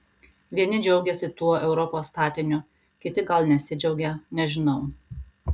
vieni džiaugiasi tuo europos statiniu kiti gal nesidžiaugia nežinau